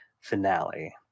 finale